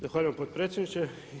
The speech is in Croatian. Zahvaljujem potpredsjedniče.